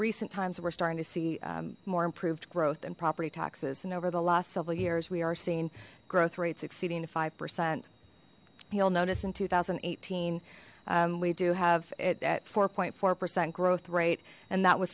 recent times we're starting to see more improved growth in property taxes and over the last several years we are seeing growth rates exceeding two five percent he'll notice in two thousand and eighteen we do have at four point four percent growth rate and that was